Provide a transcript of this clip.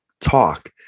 talk